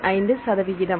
75 சதவிகிதம்